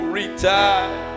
retired